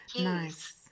Nice